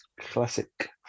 classic